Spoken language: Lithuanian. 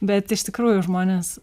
bet iš tikrųjų žmonės